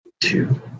two